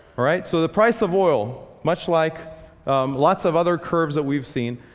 alright? so the price of oil, much like lots of other curves that we've seen,